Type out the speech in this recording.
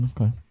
okay